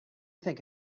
think